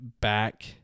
back